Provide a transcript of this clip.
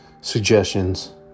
Suggestions